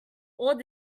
all